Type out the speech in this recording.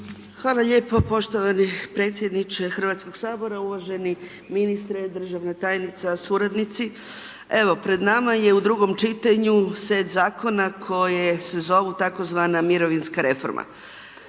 Hvala lijepo poštovani predsjedniče Hrvatskog sabora. Uvaženi ministre, državna tajnica, suradnici. Evo, pred nama je u drugom čitanju, set zakona koja se zove tzv. mirovinska reforma.